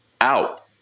out